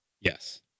Yes